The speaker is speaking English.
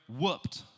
whooped